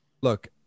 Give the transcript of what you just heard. Look